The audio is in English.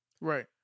Right